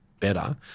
better